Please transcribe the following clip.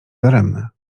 daremne